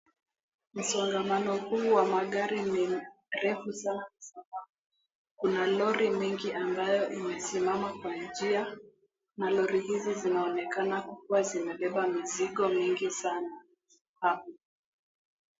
Msongamano mkubwa wa magari ni mrefu sana kwa sababu kuna lori nyingi ambayo imesimama kwa njia na lori hizi zinaonekana kukuwa zimebeba mizigo mingi sana.